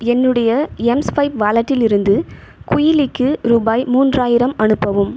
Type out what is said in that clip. என்னுடைய எம்ஸ்வைப் வாலட்டிலிருந்து குயிலிக்கு ரூபாய் மூன்றாயிரம் அனுப்பவும்